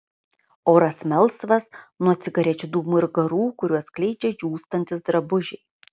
oras melsvas nuo cigarečių dūmų ir garų kuriuos skleidžia džiūstantys drabužiai